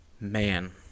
man